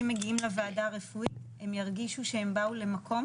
מגיעים לוועדה הרפואית הם ירגישו שהם באו למקום